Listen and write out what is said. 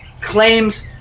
claims